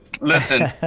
listen